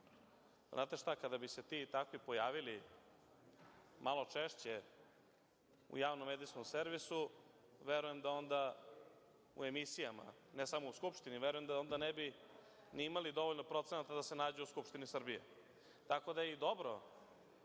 Znate šta, kada bi se ti i takvi pojavili malo češće u javnom medijskom servisu, u emisijama, ne samo u Skupštini, verujem da onda ne bi ni imali dovoljno procenata da se nađu u Skupštini Srbije. Tako da je i dobro